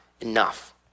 enough